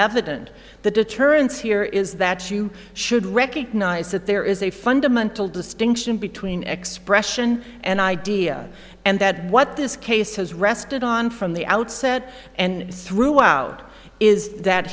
evident the deterrence here is that you should recognize that there is a fundamental distinction between expression and idea and that what this case has rested on from the outset and throughout is that